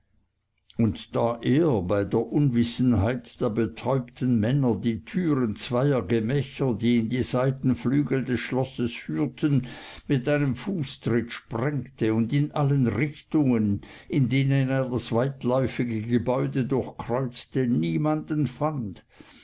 und da er bei der unwissenheit der betäubten männer die türen zweier gemächer die in die seitenflügel des schlosses führten mit einem fußtritt sprengte und in allen richtungen in denen er das weitläufige gebäude durchkreuzte niemanden fand